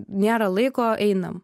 nėra laiko einam